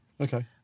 Okay